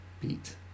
Beat